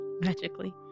magically